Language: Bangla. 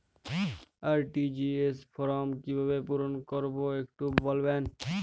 আর.টি.জি.এস ফর্ম কিভাবে পূরণ করবো একটু বলবেন?